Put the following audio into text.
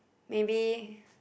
maybe